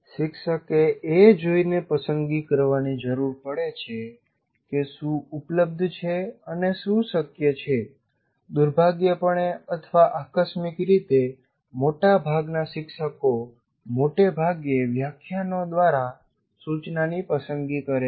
શિક્ષકે એ જોઈને પસંદગી કરવાની જરૂર પડે છે કે શું ઉપલબ્ધ છે અને શું શક્ય છે દુર્ભાગ્યપણે અથવા આકસ્મિક રીતે મોટાભાગના શિક્ષકો મોટાભાગે વ્યાખ્યાનો દ્વારા સૂચનાની પસંદગી કરે છે